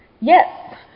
Yes